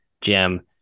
Jim